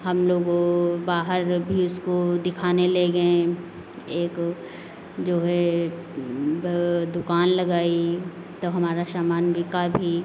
हम लोगों बाहर भी उसको दिखाने ले गए एक जो है दुकान लगाई तो हमारा सामान बिका भी